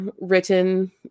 written